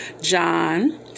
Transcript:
John